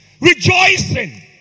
Rejoicing